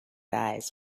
eyes